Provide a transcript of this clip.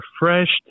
refreshed